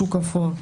שוק אפור.